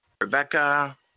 Rebecca